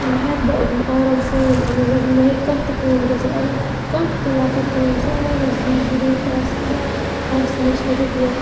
وۄنۍ ہیٚکہٕ بہٕ آرام سان مطلب مےٚ ہیٚکہِ کانٛہہ تہِ کٲم گٔژھِتھ اگر کانٛہہ تہِ لۄکٕٹ کٲم سارے ضروٗرت آسہِ کیٚنٛہہ آسہِ مےٚ چھِ ہُتٮ۪تھ یہِ